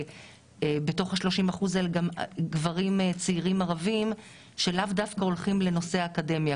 ובתוך ה- 30% גם גברים ערבים צעירים שלאו דווקא הולכים לנושא האקדמיה.